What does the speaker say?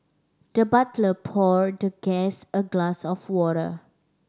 the butler poured the guest a glass of water